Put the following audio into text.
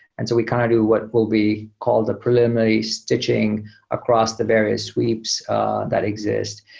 and so we kind of do what will be called the preliminary stitching across the various sweeps that exist.